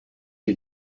est